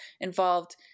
involved